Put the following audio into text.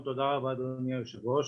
תודה רבה אדוני היושב ראש.